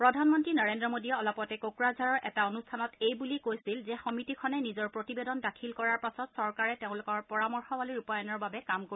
প্ৰধানমন্ত্ৰী নৰেন্দ্ৰ মোদীয়ে অলপতে কোকৰাঝাৰৰ এটা অনুষ্ঠানত এইবুলি কৈছিল যে সমিতিখনে নিজৰ প্ৰতিবেদন দাখিল কৰাৰ পাছত চৰকাৰে তেওঁলোকৰ পৰামৰ্শৱলী ৰূপায়ণৰ বাবে কাম কৰিব